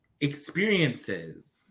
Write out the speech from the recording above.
experiences